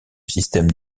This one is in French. systèmes